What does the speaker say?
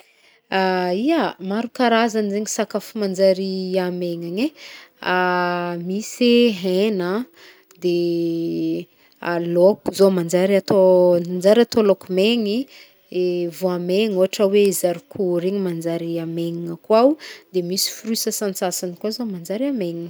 Iha, maro karazagny zegny sakafo manjary amegnigne. Misy hena, a laoko zao manjary atô- njary atô laoko megny, voamegny ôhatra hoe zarikô regny manjary amegnigna koa o, de misy fruit sasantsasany koa zao manjary amegnigna.